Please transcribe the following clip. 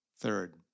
Third